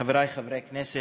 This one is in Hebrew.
חברי חברי הכנסת,